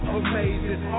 amazing